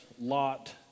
Lot